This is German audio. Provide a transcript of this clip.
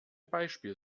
beispiel